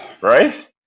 right